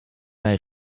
bij